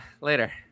later